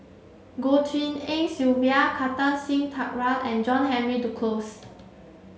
Goh Tshin En Sylvia Kartar Singh Thakral and John Henry Duclos